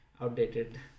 outdated